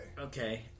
Okay